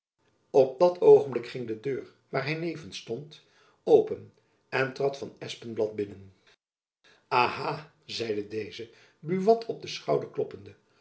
op dat oogenblik ging de deur waar hy nevens stond open en trad van espenblad binnen aha zeide deze buat op den schouder kloppende